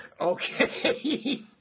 Okay